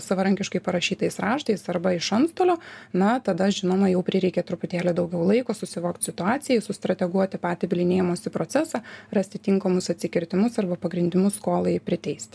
savarankiškai parašytais raštais arba iš antstolio na tada žinoma jau prireikia truputėlį daugiau laiko susivokt situacijoj sustrateguoti patį bylinėjimosi procesą rasti tinkamus atsikirtimus arba pagrindimus skolai priteist